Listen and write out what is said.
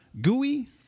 Gooey